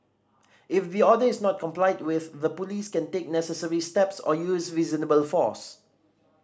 if the order is not complied with the Police can take necessary steps or use reasonable force